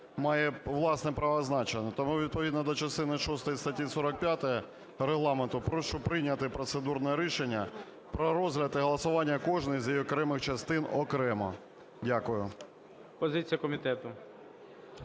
має власне правове значення, тому відповідно до частини шостої статті 45 Регламенту прошу прийняти процедурне рішення про розгляд і голосування кожної з її окремих частин окремо. Дякую. ГОЛОВУЮЧИЙ. Позиція комітету.